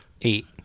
eight